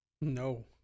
No